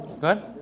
Good